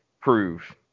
prove